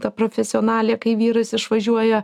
ta profesionalė kai vyras išvažiuoja